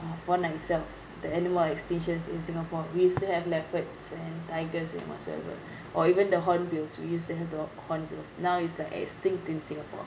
fauna itself the animal extinctions in singapore we used to have leopards and tigers and whatsoever or even the horn bills we used to have the horn bills now it's like extinct in singapore